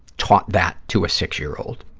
taught that to a six-year-old,